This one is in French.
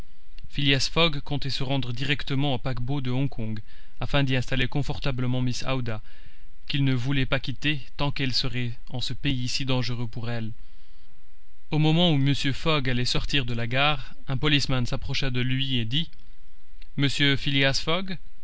phileas fogg comptait se rendre directement au paquebot de hong kong afin d'y installer confortablement mrs aouda qu'il ne voulait pas quitter tant qu'elle serait en ce pays si dangereux pour elle au moment où mr fogg allait sortir de la gare un policeman s'approcha de lui et dit monsieur phileas